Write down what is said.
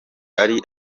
ari